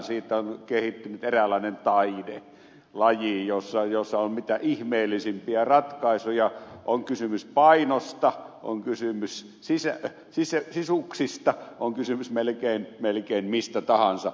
siitä on kehittynyt eräänlainen taidelaji jossa on mitä ihmeellisimpiä ratkaisuja on kysymys painosta on kysymys sisuksista on kysymys melkein mistä tahansa